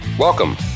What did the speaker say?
Welcome